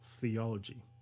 theology